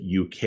UK